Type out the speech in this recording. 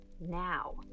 now